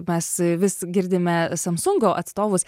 mes vis girdime samsungo atstovus